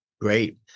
Great